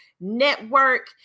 network